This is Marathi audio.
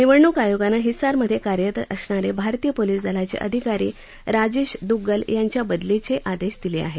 निवडणूक आयोगानं हिसारमधे कार्यरत असणारे भारतीय पोलीस दलाचे अधिकारी राजेश दुग्गल यांच्या बदलीचे आदेश दिले आहेत